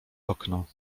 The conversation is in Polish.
okno